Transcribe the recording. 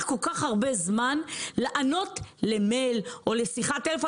כל כך הרבה זמן לענות למייל או לשיחת טלפון?